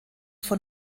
von